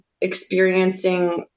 experiencing